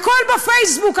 הכול בפייסבוק,